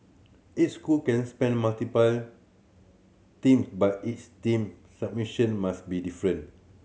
each school can spend multiple team but each team submission must be different